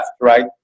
right